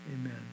amen